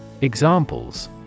Examples